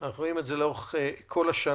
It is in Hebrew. אנחנו רואים את זה לאורך כל השנה.